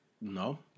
No